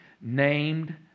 named